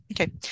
Okay